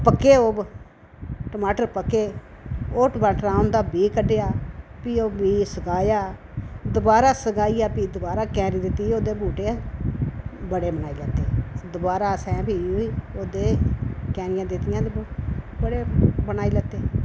पक्के ओह् टमाटर पक्के ओह् टमाटरें दा बीऽ कड्ढेआ भी ओह् बीऽ सकाया दोबारा सकाइयै भी दोबारै क्यारी दित्ती ओह्दे बूह्टे बड़े बनाई लैते दोबारा असें भी बीऽ ओह्दे क्यारियां दित्तियां ते बड़े बनाई लैते